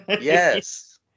Yes